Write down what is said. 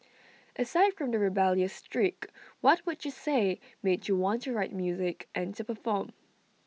aside from the rebellious streak what would you say made you want to write music and to perform